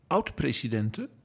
Oud-presidenten